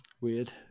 Weird